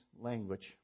language